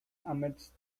amidst